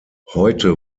heute